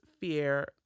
fear